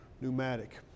pneumatic